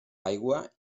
aigua